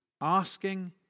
Asking